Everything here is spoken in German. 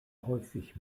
häufig